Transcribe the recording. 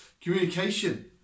Communication